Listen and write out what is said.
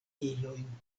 ilojn